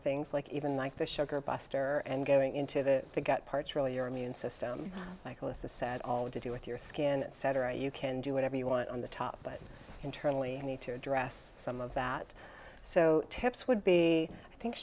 things like even like the sugar buster and going into the gut parts really your immune system like alyssa said always to do with your skin etc you can do whatever you want on the top but internally you need to address some of that so tips would be i think